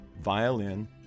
violin